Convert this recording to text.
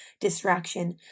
distraction